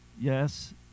Yes